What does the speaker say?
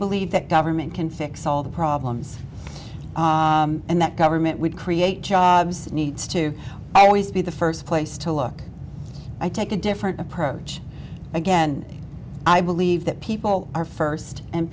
believe that government can fix all the problems and that government would create jobs it needs to always be the first place to look i take a different approach again i believe that people are first and